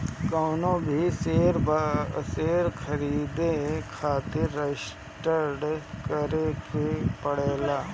कवनो भी शेयर खरीदे खातिर रजिस्टर करे के पड़ेला